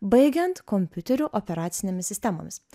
baigiant kompiuterių operacinėmis sistemomis